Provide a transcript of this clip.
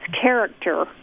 character